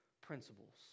principles